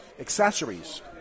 accessories